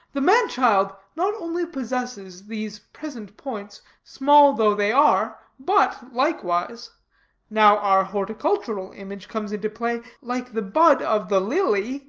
the man-child not only possesses these present points, small though they are, but, likewise now our horticultural image comes into play like the bud of the lily,